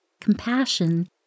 compassion